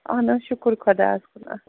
اَہن حظ شُکُر خۄدایَس کُن اَص